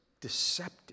deceptive